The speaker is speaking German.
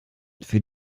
für